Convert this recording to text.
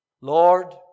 Lord